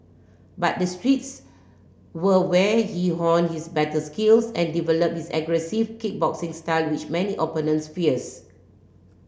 but the streets were where he honed his battle skills and developed his aggressive kickboxing style which many opponents fears